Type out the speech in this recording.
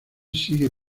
sigue